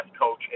coach